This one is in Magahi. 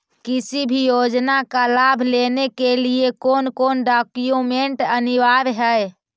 किसी भी योजना का लाभ लेने के लिए कोन कोन डॉक्यूमेंट अनिवार्य है?